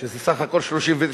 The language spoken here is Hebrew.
שזה סך הכול 39,